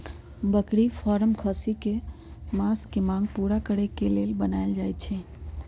बकरी फारम खस्सी कें मास के मांग पुरा करे लेल बनाएल जाय छै